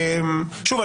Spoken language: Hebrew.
שוב,